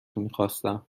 میخواستم